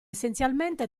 essenzialmente